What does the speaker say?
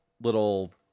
little